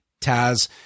Taz